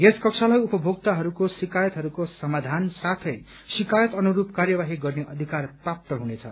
यस कक्षालाई उपभोक्ताहरूको शिकायतहरूको निप्टान साथै शिक्रायत अनुसूप कार्यवाही गर्ने अधिक्रार प्राप्त हुनेछ